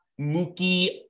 Mookie